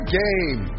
game